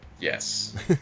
Yes